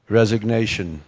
resignation